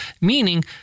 meaning